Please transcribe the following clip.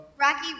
Rocky